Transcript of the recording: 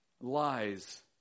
Lies